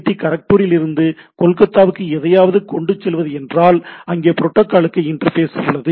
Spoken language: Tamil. டி காரக்பூரிலிருந்து கொல்கத்தாவுக்கு எதையாவது கொண்டு செல்வது என்றால் அங்கே புரோட்டாகாலுக்கு இன்டர்ஃபேஸ் உள்ளது